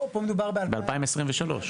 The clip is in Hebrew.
ב-2023.